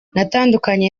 natandukanye